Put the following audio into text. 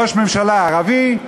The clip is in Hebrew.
ראש ממשלה ערבי.